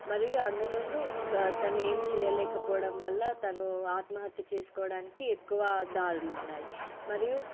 మరియు అందులోనూ తను ఏమి చేయలేకపోవడం వల్ల తను ఆత్మహత్య చేసుకోవడానికి ఎక్కువ దారులు ఉన్నాయి మరియు